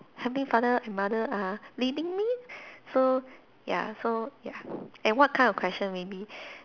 heavenly father and mother are leading me so ya so ya and what kind of question maybe